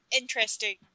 interesting